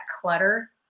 clutter